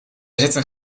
zetten